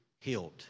healed